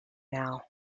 now